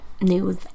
news